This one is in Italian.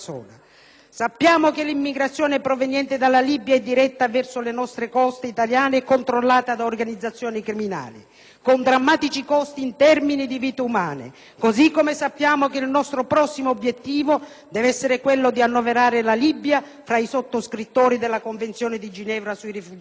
Sappiamo che l'immigrazione proveniente dalla Libia e diretta verso le coste italiane è controllata da organizzazioni criminali, con drammatici costi in termini di vite umane, così come sappiamo che il nostro prossimo obiettivo deve essere quello di annoverare la Libia fra i sottoscrittori della Convenzione di Ginevra sui rifugiati.